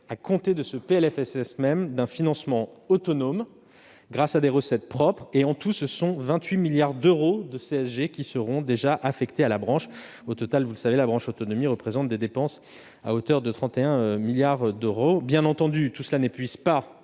à compter de ce PLFSS, d'un financement autonome grâce à des recettes propres. En tout, ce sont 28 milliards d'euros de CSG qui seront déjà affectés à la branche. Au total, vous le savez, la branche autonomie représente des dépenses à hauteur de 31 milliards d'euros. Bien entendu, tout cela n'épuise pas